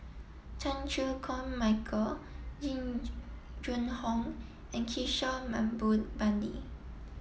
Chan Chew Koon Michael Jing Jun Hong and Kishore Mahbubani